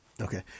Okay